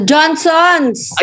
Johnson's